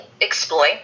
explore